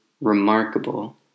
remarkable